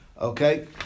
Okay